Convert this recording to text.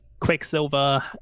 quicksilver